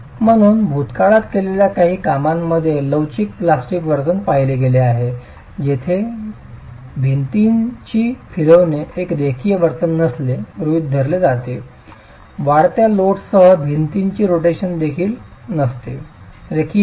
म्हणून भूतकाळात केलेल्या काही कामांमध्ये लवचिक प्लास्टिक वर्तन पाहिले गेले आहे जेथे भिंतीची फिरविणे एक रेखीय वर्तन नसलेले गृहित धरले जाते वाढत्या लोडसह भिंतीची रोटेशन रेखीय नसते